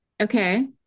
okay